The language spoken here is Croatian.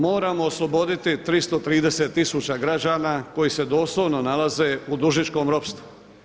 Moramo osloboditi 330 tisuća građana koji se doslovno nalaze u dužničkom ropstvu.